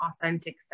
authentic